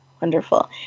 Wonderful